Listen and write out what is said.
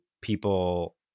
people